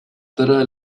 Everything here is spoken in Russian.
тра